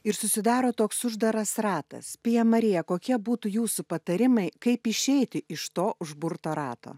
ir susidaro toks uždaras ratas pija marija kokia būtų jūsų patarimai kaip išeiti iš to užburto rato